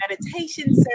meditation